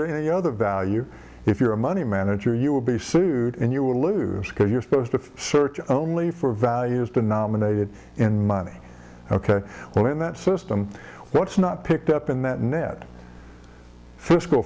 know the value if you're a money manager you will be sued and you will lose because you're supposed to search only for values denominated in money ok well in that system what's not picked up in that net fisc